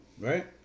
right